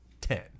ten